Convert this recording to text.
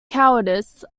cowardice